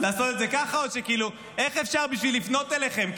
לעשות את זה ככה או שכאילו, איך אפשר לפנות אליכם?